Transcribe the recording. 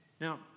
Now